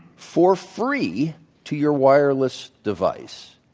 for free to your wireless device,